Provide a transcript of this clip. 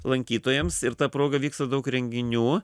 lankytojams ir ta proga vyksta daug renginių